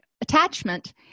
attachment